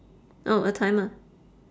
oh uh time ah